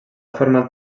format